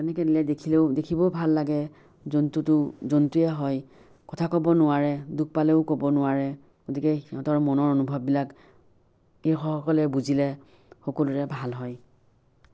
তেনেকৈ নিলে দেখিলেও দেখিবও ভাল লাগে জন্তুটো জন্তুৱে হয় কথা ক'ব নোৱাৰে দুখ পালেও ক'ব নোৱাৰে গতিকে সিহঁতৰ মনৰ অনুভৱবিলাক কৃষকসকলে বুজিলে সকলোৰে ভাল হয়